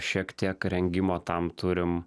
šiek tiek rengimo tam turim